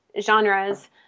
genres